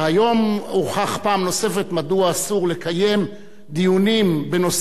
היום הוכח פעם נוספת מדוע אסור לקיים דיונים בנושאים